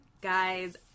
guys